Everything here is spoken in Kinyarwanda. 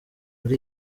muri